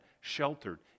sheltered